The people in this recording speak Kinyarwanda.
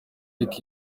iriko